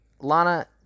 Lana